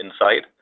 inside